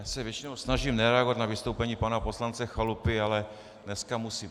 Já se většinou snažím nereagovat na vystoupení pana poslance Chalupy, ale dneska musím.